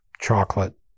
chocolate